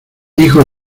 hijos